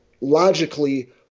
logically